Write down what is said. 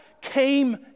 came